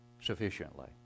sufficiently